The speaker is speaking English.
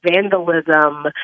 vandalism